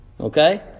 Okay